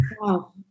Wow